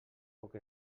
poc